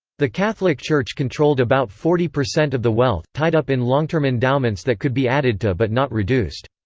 the catholic church controlled about forty percent of the wealth, tied up in long-term endowments that could be added to but not reduced.